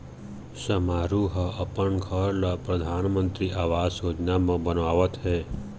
समारू ह अपन घर ल परधानमंतरी आवास योजना म बनवावत हे